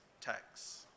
tax